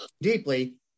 deeply